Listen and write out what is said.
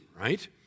right